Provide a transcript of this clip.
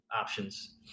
options